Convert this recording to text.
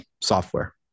software